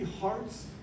hearts